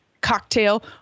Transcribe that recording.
cocktail